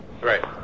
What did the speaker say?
Right